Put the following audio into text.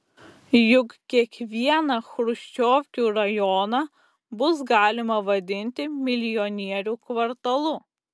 juk kiekvieną chruščiovkių rajoną bus galima vadinti milijonierių kvartalu